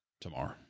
tomorrow